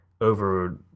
over